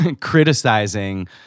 criticizing